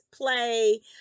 play